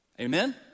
Amen